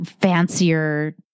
fancier